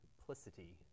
simplicity